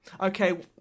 okay